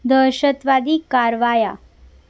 दहशतवादी कारवाया